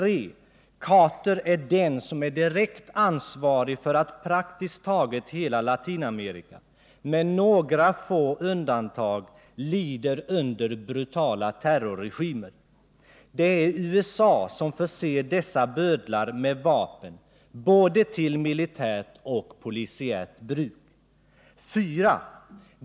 President Carter är den som är direkt ansvarig för att praktiskt taget alla länder i Latinamerika — det rör sig om några få undantag — lider under brutala terrorregimer. Det är USA som förser dessa bödlar med vapen både för militärt och för polisiärt bruk. 4.